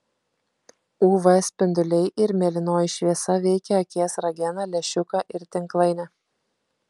uv spinduliai ir mėlynoji šviesa veikia akies rageną lęšiuką ir tinklainę